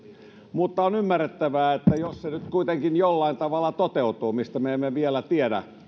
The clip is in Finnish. mutta on ymmärrettävää että jos se nyt kuitenkin jollain tavalla toteutuu mistä me me emme vielä tiedä